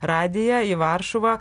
radiją į varšuvą